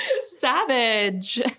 savage